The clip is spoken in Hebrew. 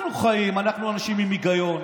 אנחנו חיים, אנחנו אנשים עם היגיון,